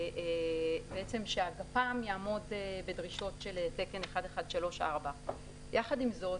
בעצם שהגפ"מ יעמוד בדרישות של תקן 1134. יחד עם זאת,